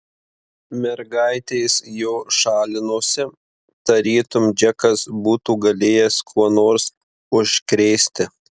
mergaitės jo šalinosi tarytum džekas būtų galėjęs kuo nors užkrėsti